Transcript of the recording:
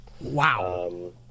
Wow